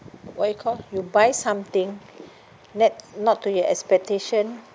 what you call you buy something net not to your expectation